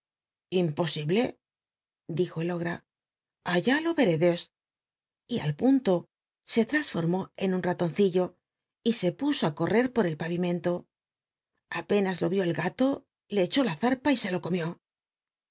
iblc dijo el ogra allá lo veredes y al pnnlo se lrasfo rnuí en un raloncillo y e puso á correr por el p n imcnlo ap nas lo ió el galo le echó la zarpa r se lo comió